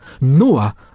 Noah